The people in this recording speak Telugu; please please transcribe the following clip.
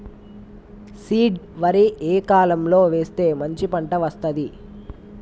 సీడ్ వరి ఏ కాలం లో వేస్తే మంచి పంట వస్తది?